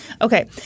Okay